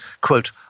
quote